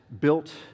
built